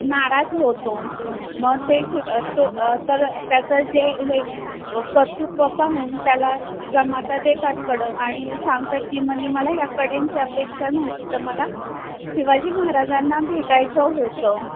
नाराज होतो म ते शिवा तो तर त्याचं जे हे कर्तुत्व पाहून त्याला तिचा माता देतात कडं आणि सांगतात की म्हणजे मला ह्या कड्यांची अपेक्षा नव्हती तर मला शिवाजी महाराजांना भेटायचं होतं